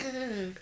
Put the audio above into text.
mmhmm